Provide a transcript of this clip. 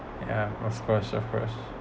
yeah of course of course